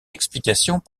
explications